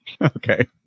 Okay